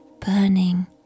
burning